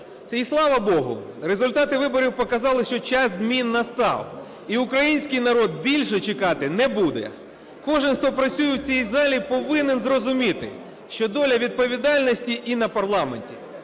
Та і Слава Богу. Результати виборів показали, що час змін настав і український народ більше чекати не буде. Кожен, хто працює в цій залі, повинен зрозуміти, що доля відповідальності і на парламенті.